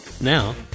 Now